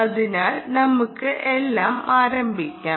അതിനാൽ നമുക്ക് എല്ലാം ആരംഭിക്കാം